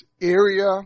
area